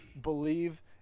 believe